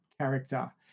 character